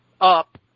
up